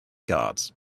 guards